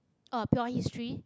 oh pure history